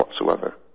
whatsoever